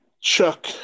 Chuck